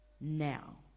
now